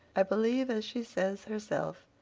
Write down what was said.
i believe, as she says herself,